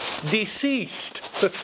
deceased